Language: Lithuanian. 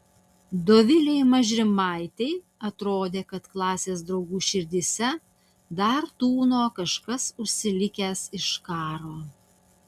dovilei mažrimaitei atrodė kad klasės draugų širdyse dar tūno kažkas užsilikęs iš karo